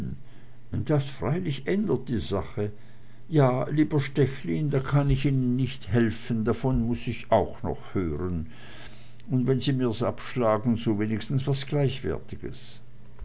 das freilich ändert die sache ja lieber stechlin da kann ich ihnen nicht helfen davon muß ich auch noch hören und wenn sie mir's abschlagen so wenigstens was gleichwertiges